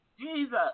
Jesus